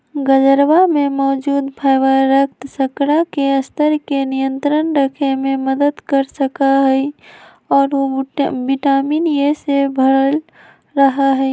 गजरवा में मौजूद फाइबर रक्त शर्करा के स्तर के नियंत्रण रखे में मदद कर सका हई और उ विटामिन ए से भरल रहा हई